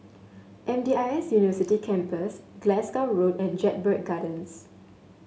M D I S University Campus Glasgow Road and Jedburgh Gardens